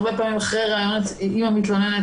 הרבה פעמים אחרי הראיונות עם המתלוננת,